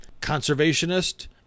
conservationist